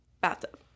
bathtub